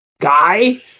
guy